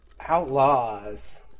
outlaws